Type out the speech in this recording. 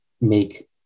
make